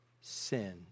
sin